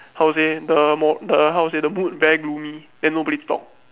how say the mo~ the how say the mood very gloomy then nobody talk